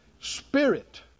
Spirit